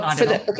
Okay